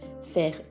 Faire